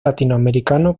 latinoamericano